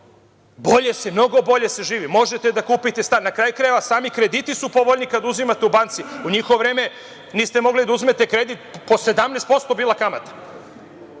Realno, mnogo bolje se živi. Možete da kupite na kredit. Na kraju krajeva, sami krediti su povoljniji kada uzimate u banci. U njihovo vreme niste mogli da uzimate kredit, po 17% je bila kamata.